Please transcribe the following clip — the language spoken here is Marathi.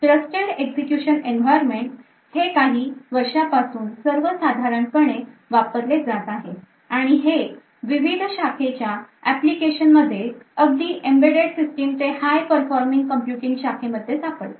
Trusted Execution Environment हे काही वर्षापासून सर्वसाधारणपणे वापरले जात आहे आणि हे विविध शाखेच्या एप्लीकेशन मध्ये अगदी Embedded system ते high performing computing शाखेमध्ये सापडते